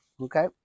Okay